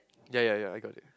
yea yea yea I got it